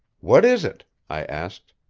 what is it? i asked.